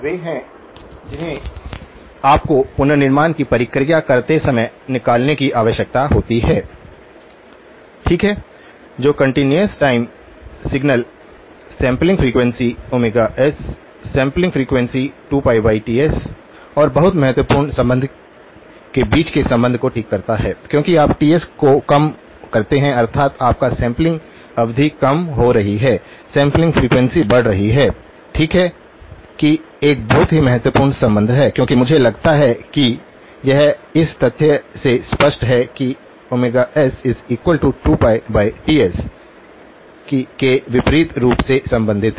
वे हैं जिन्हें आपको पुनर्निर्माण की प्रक्रिया करते समय निकालने की आवश्यकता होती है ठीक है जो continuous time signal sampling frequency s sampling frequency 2πTs और बहुत महत्वपूर्ण संबंध के बीच के संबंध को ठीक करता है क्योंकि आप Ts को कम करते हैं अर्थात आपका सैंपलिंग अवधि कम हो रही है सैंपलिंग फ्रीक्वेंसी बढ़ रही है ठीक है कि एक बहुत ही महत्वपूर्ण संबंध है क्योंकि मुझे लगता है कि यह इस तथ्य से स्पष्ट है कि s2πTs कि वे विपरीत रूप से संबंधित हैं